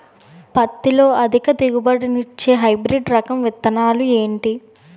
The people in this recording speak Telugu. పత్తి లో అధిక దిగుబడి నిచ్చే హైబ్రిడ్ రకం విత్తనాలు ఏంటి